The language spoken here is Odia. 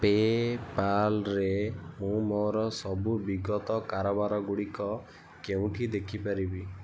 ପେପାଲରେ ମୁଁ ମୋର ସବୁ ବିଗତ କାରବାରଗୁଡ଼ିକ କେଉଁଠି ଦେଖିପାରିବି